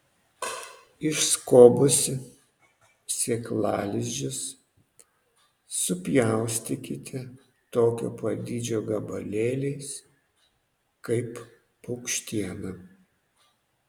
išskobusi sėklalizdžius supjaustykite tokio pat dydžio gabalėliais kaip paukštieną